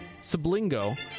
Sublingo